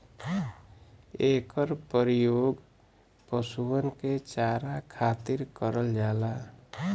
एकर परियोग पशुअन के चारा खातिर करल जाला